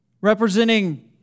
representing